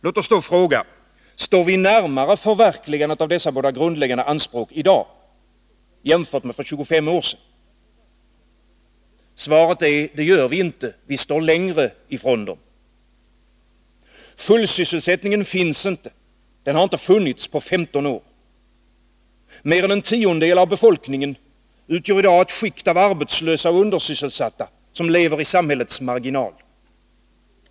Låt oss då fråga: Står vi närmare förverkligandet av dessa båda grundläggande anspråk i dag jämfört med för 25 år sedan? Svaret är: Det gör vi inte. Vi står längre ifrån det. Fullsysselsättningen finns inte. Den har inte funnits på 15 år. Mer än en tiondel av befolkningen utgör i dag ett skikt av arbetslösa och undersysselsatta, som lever i samhällets marginal.